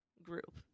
Group